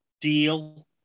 deal